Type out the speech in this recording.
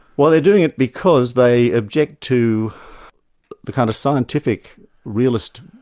well they're doing it because they object to the kind of scientific realist,